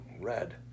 red